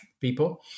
People